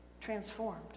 transformed